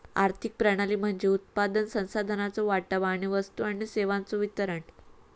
आर्थिक प्रणाली म्हणजे उत्पादन, संसाधनांचो वाटप आणि वस्तू आणि सेवांचो वितरण